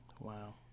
wow